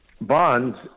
bonds